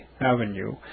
Avenue